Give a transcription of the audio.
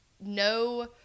No